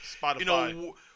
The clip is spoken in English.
Spotify